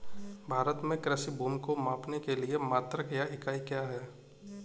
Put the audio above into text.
भारत में कृषि भूमि को मापने के लिए मात्रक या इकाई क्या है?